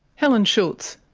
helen schultz.